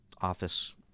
office